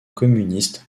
communiste